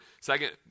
Second